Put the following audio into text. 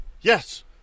Yes